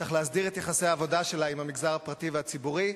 צריך להסדיר את יחסי העבודה שלה עם המגזר הפרטי והציבורי.